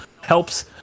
helps